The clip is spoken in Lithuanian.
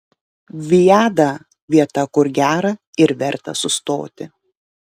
viada vieta kur gera ir verta sustoti